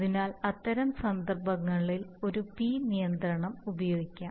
അതിനാൽ അത്തരം സന്ദർഭങ്ങളിൽ ഒരു പി നിയന്ത്രണം ഉപയോഗിക്കാം